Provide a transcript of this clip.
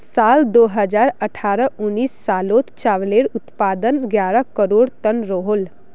साल दो हज़ार अठारह उन्नीस सालोत चावालेर उत्पादन ग्यारह करोड़ तन रोहोल